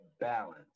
balance